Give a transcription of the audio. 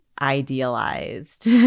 idealized